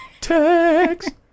text